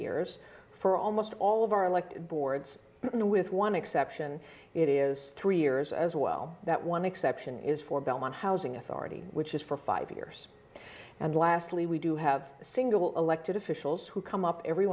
years for almost all of our elected boards and with one exception it is three years as well that one exception is for belmont housing authority which is for five years and lastly we do have single elected officials who come up every